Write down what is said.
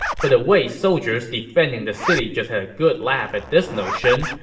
but the wei soldiers defending the city just had a good laugh at this notion,